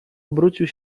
obrócił